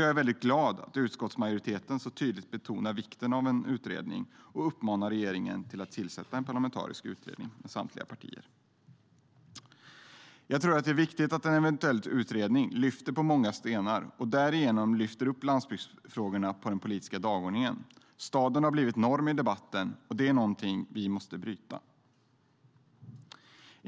Jag är väldigt glad att utskottsmajoriteten så tydligt betonar vikten av en utredning och uppmanar regeringen att tillsätta en parlamentarisk utredning med samtliga partier.I